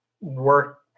work